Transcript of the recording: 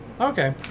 Okay